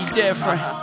different